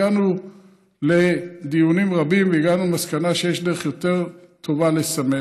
הגענו לדיונים רבים והגענו למסקנה שיש דרך יותר טובה לסמן